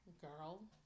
girl